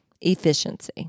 efficiency